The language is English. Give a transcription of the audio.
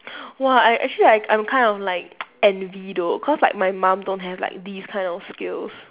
!wah! I actually I I'm kind of like envy though cause like my mum don't have like these kind of skills